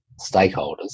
stakeholders